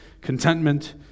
contentment